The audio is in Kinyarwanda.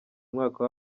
umwaka